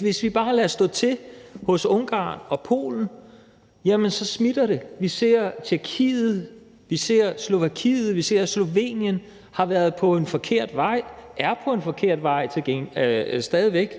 hvis vi bare lader stå til hos Ungarn og Polen, smitter det. Vi ser, at Tjekkiet, Slovakiet og Slovenien har været på en forkert vej og stadig væk